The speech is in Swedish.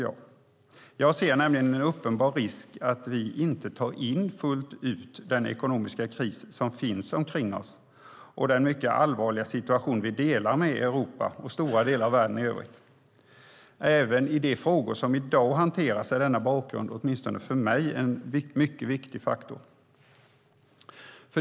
Jag ser nämligen en uppenbar risk i att vi inte tar in fullt ut den ekonomiska kris som finns omkring oss och den mycket allvarliga situation vi delar med Europa och stora delar av världen i övrigt. Även i de frågor som i dag hanteras är denna bakgrund, åtminstone för mig, en mycket viktig faktor.